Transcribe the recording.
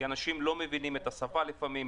כי אנשים לא מבינים את השפה לפעמים.